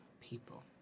people